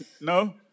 No